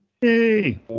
Hey